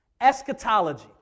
Eschatology